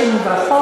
יש לנו ולחו"ף,